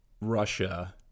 Russia